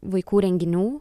vaikų renginių